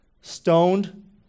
stoned